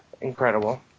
incredible